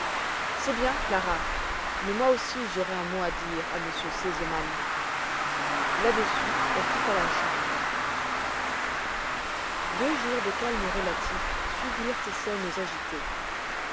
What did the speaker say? c'est bien clara mais moi aussi j'aurai un mot à dire à m r sesemann là-dessus elle quitta la chambre deux jours de calme relatif suivirent ces scènes agitées